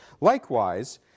Likewise